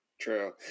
True